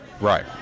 Right